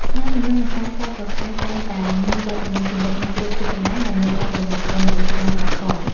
ស្នាមញញឹមនិងការសើចក្អាកក្អាយតែងតែមានវត្តមានជានិច្ចនៅគ្រប់ទីកន្លែងដែលមានការប្រមូលផ្ដុំមនុស្សច្រើនកុះករ។